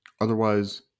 Otherwise